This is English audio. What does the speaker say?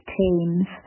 teams